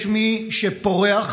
יש מי שפורח